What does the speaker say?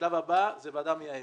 השלב הבא זה ועדה מייעצת.